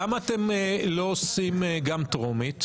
למה אתם לא עושים גם טרומית,